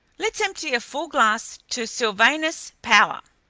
let's empty a full glass to sylvanus power!